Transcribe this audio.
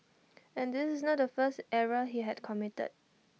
and this is not the first error that he had committed